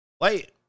Wait